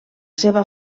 seva